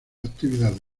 actividades